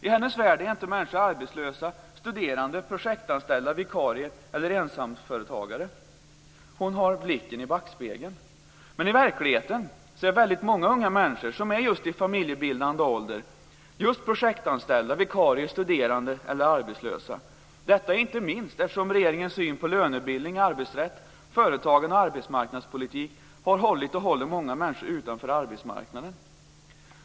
I hennes värld är inte människor arbetslösa, studerande, projektanställda, vikarier eller ensamföretagare. Hon har blicken i backspegeln. I verkligheten är väldigt många unga människor i familjebildande ålder projektanställda, vikarier, studerande eller arbetslösa. Detta inte minst eftersom regeringens syn på lönebildning, arbetsrätt, företagen och arbetsmarknadspolitik har hållit och håller många människor utanför arbetsmarknaden.